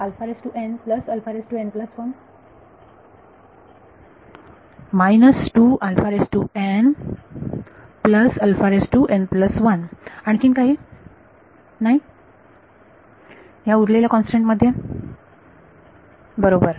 विद्यार्थी आणखीन काही नाही या उरलेल्या कॉन्स्टंट मध्ये बरोबर